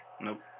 Nope